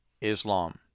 Islam